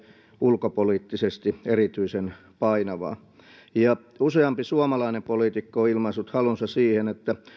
ulkopoliittisesti erityisen painavaa useampi suomalainen poliitikko on ilmaissut halunsa siihen että